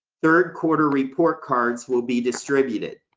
third quarter report cards will be distributed.